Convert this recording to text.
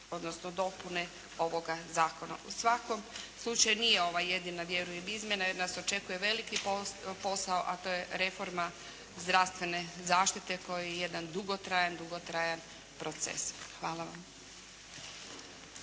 odnosno dopune ovoga zakona. U svakom slučaju nije ovo jedina vjerujem izmjena, jer nas očekuje veliki posao, a to je reforma zdravstvene zaštite koji je jedan dugotrajan, dugotrajan proces. Hvala vam.